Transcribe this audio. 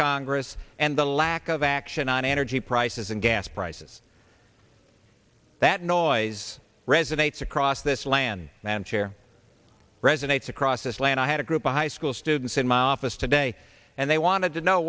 congress and the lack of action on energy prices and gas prices that noise resonates across this land and share resonates across this land i had a group of high school students in my office today and they wanted to know